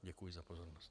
Děkuji za pozornost.